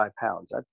pounds